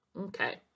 Okay